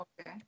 Okay